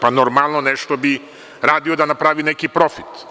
Pa, normalno nešto bi radio da napravi neki profit.